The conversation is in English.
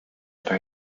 are